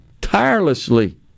tirelessly